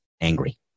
angry